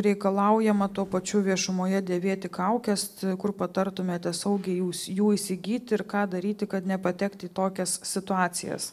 reikalaujama tuo pačiu viešumoje dėvėti kaukes kur patartumėte saugiai jūs jų įsigyti ir ką daryti kad nepatekti į tokias situacijas